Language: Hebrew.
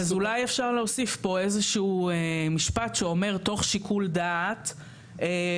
אז אולי אפשר להוסיף פה איזה שהוא משפט שאומר תוך שיקול דעת והתייחסות,